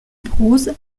prose